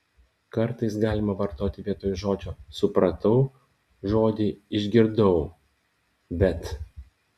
kartais galima vartoti vietoj žodžio supratau žodį išgirdau bet